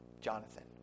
Jonathan